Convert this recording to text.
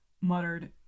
muttered